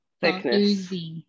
thickness